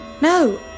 No